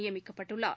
நியமிக்கப்பட்டுள்ளார்